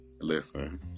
Listen